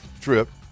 trip